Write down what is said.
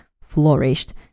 flourished